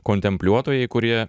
kontempliuotojai kurie